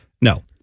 No